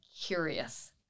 curious